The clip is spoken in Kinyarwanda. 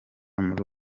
muri